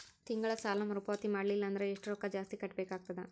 ತಿಂಗಳ ಸಾಲಾ ಮರು ಪಾವತಿ ಮಾಡಲಿಲ್ಲ ಅಂದರ ಎಷ್ಟ ರೊಕ್ಕ ಜಾಸ್ತಿ ಕಟ್ಟಬೇಕಾಗತದ?